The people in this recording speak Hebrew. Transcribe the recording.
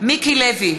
מיקי לוי,